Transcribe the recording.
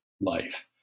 life